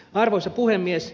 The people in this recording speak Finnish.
arvoisa puhemies